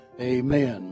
Amen